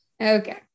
Okay